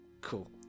Cool